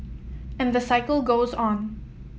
and the cycle goes on